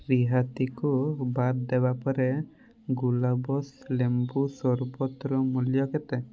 ରିହାତିକୁ ବାଦ୍ ଦେବା ପରେ ଗୁଲାବ୍ସ ଲେମ୍ବୁ ସର୍ବତର ମୂଲ୍ୟ କେତେ